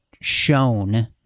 shown